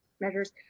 measures